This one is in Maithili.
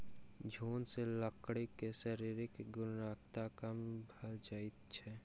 घुन सॅ लकड़ी के शारीरिक गुणवत्ता कम भ जाइत अछि